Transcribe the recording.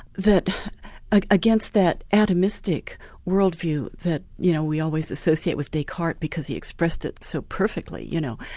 that like against that atomistic world view that you know we always associate with descartes because he expressed it so perfectly, you know,